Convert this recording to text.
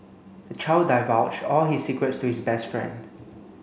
the child divulged all his secrets to his best friend